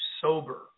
sober